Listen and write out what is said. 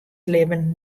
libben